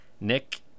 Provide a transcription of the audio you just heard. Nick